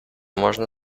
можна